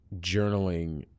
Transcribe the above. journaling